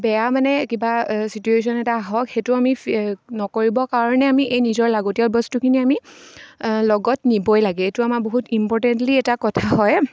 বেয়া মানে কিবা ছিটুৱেশ্যন এটা আহক সেইটো আমি ফে নকৰিবৰ কাৰণে আমি এই নিজৰ লাগতিয়াল বস্তুখিনি আমি লগত নিবই লাগে এইটো আমাৰ বহুত ইম্পৰ্টেণ্টলি এটা কথা হয়